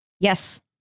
Yes